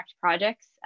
projects